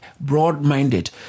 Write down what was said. broad-minded